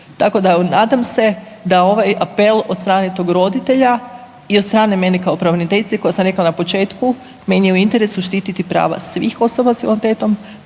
Tako da nadam se da ovaj apel od strane tog roditelja i od strane mene kao pravobraniteljice koja sam rekla na početku, meni je u interesu štititi prava svih osoba s invaliditetom,